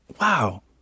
wow